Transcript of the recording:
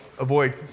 avoid